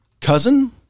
cousin